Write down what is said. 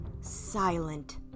silent